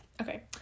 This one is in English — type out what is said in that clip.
Okay